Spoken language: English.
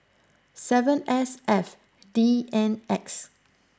seven S F D N X